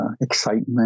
excitement